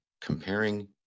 comparing